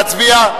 להצביע?